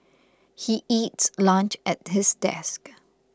he eats lunch at his desk